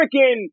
freaking